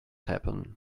happen